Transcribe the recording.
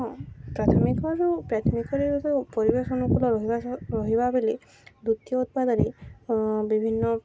ହଁ ପ୍ରାଥମିକରୁ ପ୍ରାଥମିକରେ ପରିବେଶ ଅନୁକୂଳ ରହିବା ରହିବା ବେଲେ ଦ୍ଵିତୀୟ ଉତ୍ପାଦରେ ବିଭିନ୍ନ